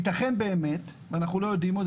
ייתכן באמת ואנחנו לא יודעים עוד,